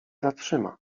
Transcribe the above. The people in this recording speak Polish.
zatrzyma